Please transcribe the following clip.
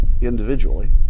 individually